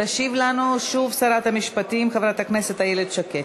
תשיב לנו, שוב, שרת המשפטים חברת הכנסת איילת שקד.